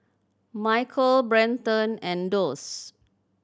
Michell Brenton and Doss